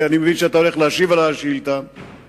אני מבין שאתה הולך להשיב על ההצעה לסדר-היום.